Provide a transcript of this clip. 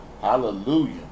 Hallelujah